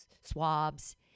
swabs